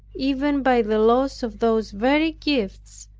even by the loss of those very gifts,